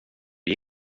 det